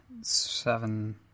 seven